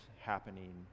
happening